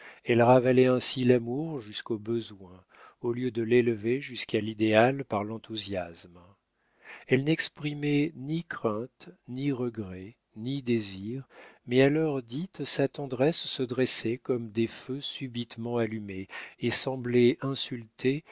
elle ravalait ainsi l'amour jusqu'au besoin au lieu de l'élever jusqu'à l'idéal par l'enthousiasme elle n'exprimait ni crainte ni regrets ni désir mais à l'heure dite sa tendresse se dressait comme des feux subitement allumés et semblait insulter